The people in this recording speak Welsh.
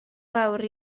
lawr